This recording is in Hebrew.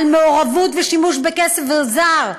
על מעורבות ושימוש בכסף זר.